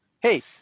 hey